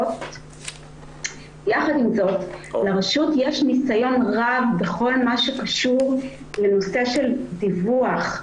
או לאותם ממונים מה הם יכולים לעשות בפועל כאשר קורה מקרה.